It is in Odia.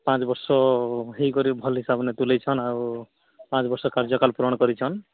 ପାଞ୍ଚ ବର୍ଷ ହୋଇ କରି ଭଲ୍ ହିସାବେ ତୁଳେଇଛନ୍ ଆଉ ପାଞ୍ଚ ବର୍ଷ କାର୍ଯକାଳ ପୂରଣ କରିଛନ୍